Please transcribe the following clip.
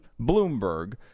Bloomberg